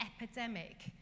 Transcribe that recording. epidemic